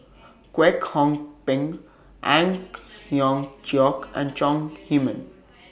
Kwek Hong Png Ang Hiong Chiok and Chong Heman